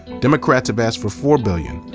democrats have asked for four billion